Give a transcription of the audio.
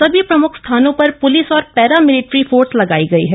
सभी प्रम्ख स्थामों पर प्लिस और पैर मिलिट्री फोर्स लगाई गई है